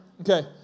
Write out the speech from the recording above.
Okay